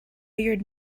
your